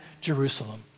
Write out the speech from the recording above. Jerusalem